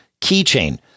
keychain